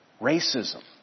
Racism